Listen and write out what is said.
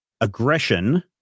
aggression